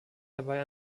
dabei